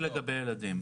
רק לגבי ילדים.